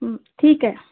ठीक आहे